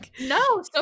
No